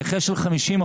נכה של 50%,